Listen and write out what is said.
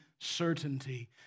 certainty